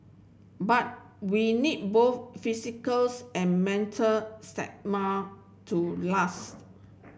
but we need both physicals and mental to last